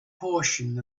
portion